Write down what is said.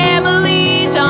Families